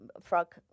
frog